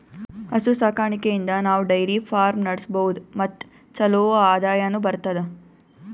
ಹಸು ಸಾಕಾಣಿಕೆಯಿಂದ್ ನಾವ್ ಡೈರಿ ಫಾರ್ಮ್ ನಡ್ಸಬಹುದ್ ಮತ್ ಚಲೋ ಆದಾಯನು ಬರ್ತದಾ